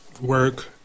Work